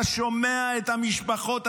אתה שומע את המשפחות,